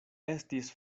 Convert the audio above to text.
estis